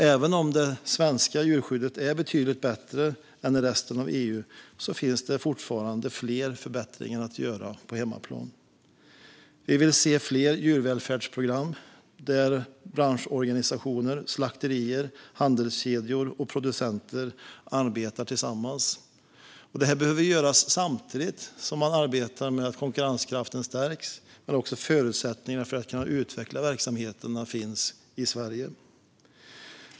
Även om det svenska djurskyddet är betydligt bättre än djurskyddet inom resten av EU finns det fortfarande fler förbättringar att göra på hemmaplan. Vi vill se fler djurvälfärdsprogram där branschorganisationer, slakterier, handelskedjor och producenter arbetar tillsammans. Detta behöver göras samtidigt som man arbetar med att stärka konkurrenskraften men också förutsättningarna för att kunna utveckla verksamheterna i Sverige.